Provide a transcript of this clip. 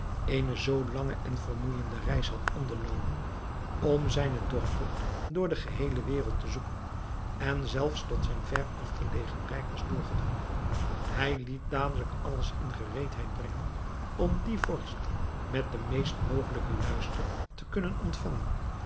eene zoo lange en vermoeijende reis had ondernomen om zijne dochter door de geheele wereld te zoeken en zelfs tot zijn ver afgelegen rijk was doorgedrongen hij liet dadelijk alles in gereedheid brengen om dien vorst met den meest mogelijken luister te kunnen ontvangen